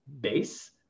base